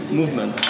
movement